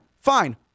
fine